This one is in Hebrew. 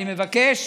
אני מבקש